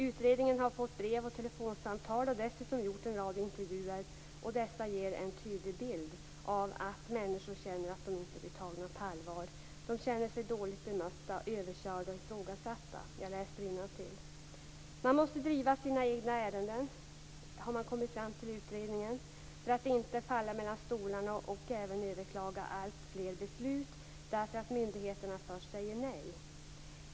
Utredningen har fått brev och telefonsamtal och dessutom gjort en rad intervjuer, och dessa ger en tydlig bild av att människor känner att de inte blir tagna på allvar. Jag läser innantill: De känner sig dåligt bemötta, överkörda och ifrågasatta. Utredningen har kommit fram till att de för att inte falla mellan stolarna måste driva sina egna ärenden och även överklaga alltfler beslut, därför att myndigheterna först säger nej.